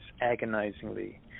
agonizingly